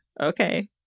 okay